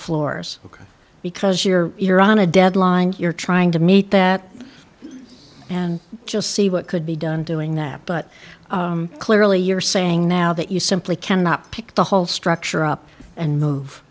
floors ok because you're you're on a deadline you're trying to meet that and just see what could be done doing that but clearly you're saying now that you simply cannot pick the whole structure up and